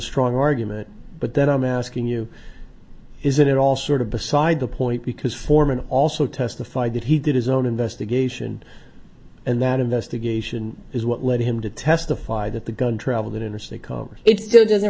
strong argument but then i'm asking you isn't it all sort of beside the point because foreman also testified that he did his own investigation and that investigation is what led him to testify that the gun traveled i